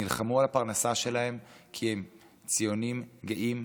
נלחמו על הפרנסה שלהם, כי הם ציונים גאים,